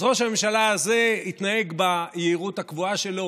אז ראש הממשלה הזה התנהג ביהירות הקבועה שלו.